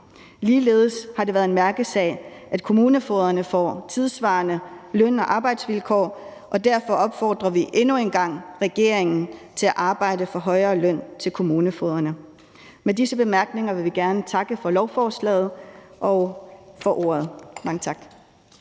Ligeledes har det været en mærkesag, at kommunefogederne får tidssvarende løn- og arbejdsvilkår, og derfor opfordrer vi endnu en gang regeringen til at arbejde for højere løn til kommunefogederne. Med disse bemærkninger vil vi gerne takke for lovforslaget og for ordet. Mange tak!